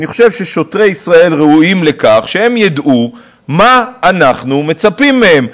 אני חושב ששוטרי ישראל ראויים לכך שהם ידעו מה אנחנו מצפים מהם,